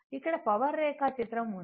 ఇక్కడ పవర్ రేఖా చిత్రం ఉంది